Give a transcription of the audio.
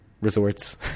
resorts